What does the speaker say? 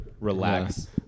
relax